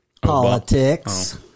politics